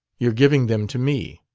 you're giving them to me.